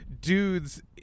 dudes